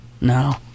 No